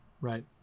right